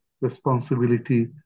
responsibility